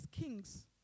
kings